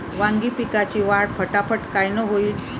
वांगी पिकाची वाढ फटाफट कायनं होईल?